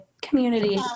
Community